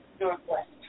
Northwest